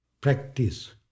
practice